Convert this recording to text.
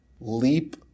leap